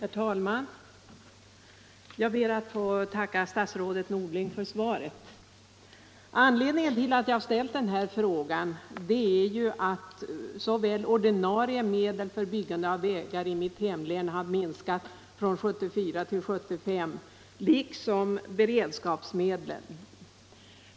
Herr talman! Jag ber att få tacka statsrådet Norling för svaret. Anledningen till att jag ställt denna fråga är att ordinarie anslag för byggande av vägar i mitt hemlän har minskat från 1974 till 1975 liksom också beredskapsmedlen.